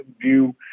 View